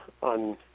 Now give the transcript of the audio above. on